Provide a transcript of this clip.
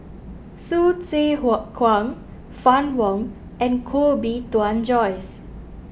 Hsu Tse Kwang Fann Wong and Koh Bee Tuan Joyce